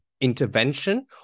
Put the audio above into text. intervention